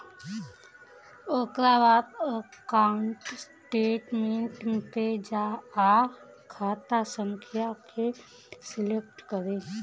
ओकरा बाद account statement पे जा आ खाता संख्या के सलेक्ट करे